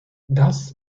das